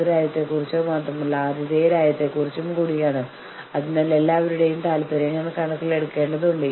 യുക്തിപരമായ പോയിന്റുകളിൽ മാത്രം നിങ്ങൾ വിലപേശുന്നു നിങ്ങൾ കൂടിയാലോചന നടത്തുന്നു നിങ്ങൾ വാദിക്കുന്നു നിങ്ങൾ ചർച്ച ചെയ്യുന്നു